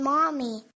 Mommy